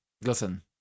Listen